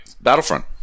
Battlefront